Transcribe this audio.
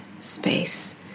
space